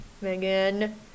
Megan